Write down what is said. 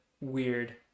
weird